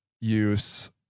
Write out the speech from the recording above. use